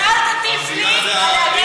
אז אל תטיף לי על,